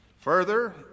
Further